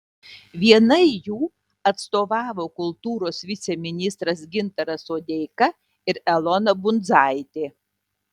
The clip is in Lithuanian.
vienai jų atstovavo kultūros viceministras gintaras sodeika ir elona bundzaitė